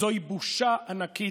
זוהי בושה ענקית,